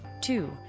Two